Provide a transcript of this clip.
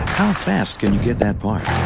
fast can get that point.